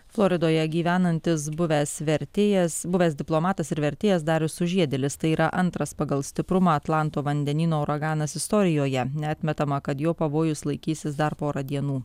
floridoje gyvenantis buvęs vertėjas buvęs diplomatas ir vertėjas darius sužiedėlis tai yra antras pagal stiprumą atlanto vandenyno uraganas istorijoje neatmetama kad jo pavojus laikysis dar porą dienų